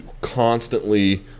constantly